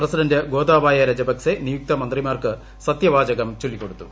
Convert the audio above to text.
president Gotabaya Rajapaksa നിയുക്ത മന്ത്രിമാർക്ക് സത്യവാചകം ചൊല്ലിക്കൊടുത്തു